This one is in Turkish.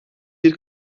bir